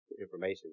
information